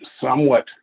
somewhat